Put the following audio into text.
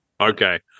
Okay